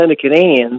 Canadians